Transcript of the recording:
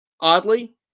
oddly